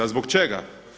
A zbog čega?